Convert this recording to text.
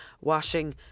washing